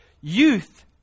Youth